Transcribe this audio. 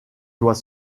doit